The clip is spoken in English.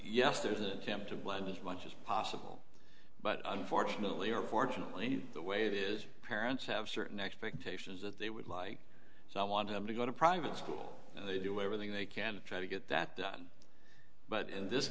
yes there is an attempt to blend as much as possible but unfortunately or fortunately the way it is parents have certain expectations that they would like so i want him to go to private school they do everything they can try to get that done but in this